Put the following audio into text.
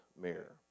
mirror